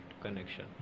connection